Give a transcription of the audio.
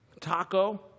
taco